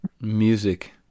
music